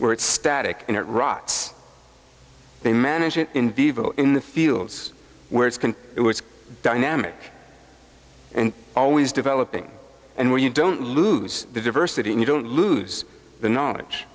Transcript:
where it's static and it rots they manage it in vivo in the fields where it's going it was dynamic and always developing and when you don't lose the diversity and you don't lose the knowledge